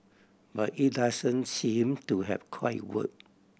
but it doesn't seem to have quite work